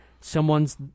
Someone's